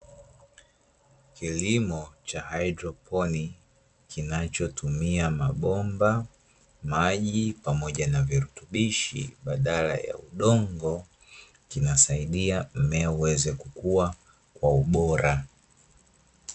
Kilimo cha haidroponi kinachotumia mabomba, maji pamoja na virutubishi badala ya udongo, husaidia mmea uweze kukua kwa ubora.